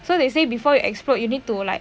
so they say before you explode you need to like